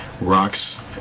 rocks